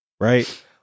Right